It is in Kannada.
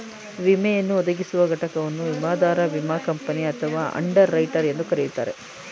ವಿಮೆಯನ್ನು ಒದಗಿಸುವ ಘಟಕವನ್ನು ವಿಮಾದಾರ ವಿಮಾ ಕಂಪನಿ ಅಥವಾ ಅಂಡರ್ ರೈಟರ್ ಎಂದು ಕರೆಯುತ್ತಾರೆ